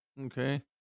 Okay